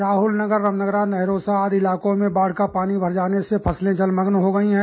राहल नगर रमनगरा नहरोसा आदि इलाकों में बाढ़ का पानी भर जाने से फसलें जलमग्न हो गई हैं